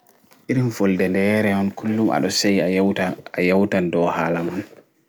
Iri wolɗe nɗeyere on kullum aɗo seyi a yeutan ɗou hala man.